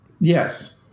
Yes